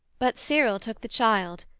but cyril took the child,